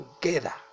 together